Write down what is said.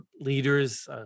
leaders